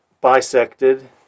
bisected